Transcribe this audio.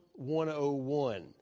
101